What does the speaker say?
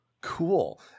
Cool